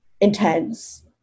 intense